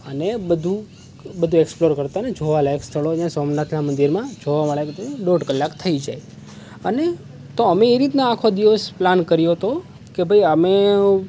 અને બધું બધું એક્સપ્લોર કરતાં અને જોવા લાયક સ્થળોને સોમનાથમાં મંદિરમા જોવાવાળા રીતે દોઢ કલાક થઈ જાય અને તો અમે એ રીતના આખો દિવસ પ્લાન કરીએ તો કે ભાઈ અમે